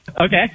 Okay